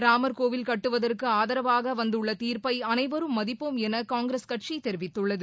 ராம்கோவில் கட்டுவதற்கு ஆதரவாக வந்துள்ள தீாப்பை அனைவரும் மதிப்போம் என காங்கிரஸ் கட்சி தெரிவித்துள்ளது